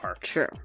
True